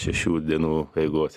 šešių dienų eigos